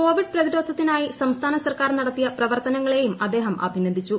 Covid പ്രതിരോധത്തിനൂായി സംസ്ഥാന സർക്കാർ നടത്തിയ പ്രവർത്തനങ്ങളെയും അദ്ദേഹം അഭിനന്ദിച്ചു